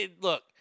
look